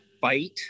fight